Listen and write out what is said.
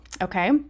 okay